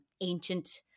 ancient